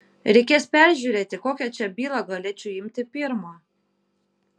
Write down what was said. reikės peržiūrėti kokią čia bylą galėčiau imti pirmą